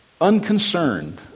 unconcerned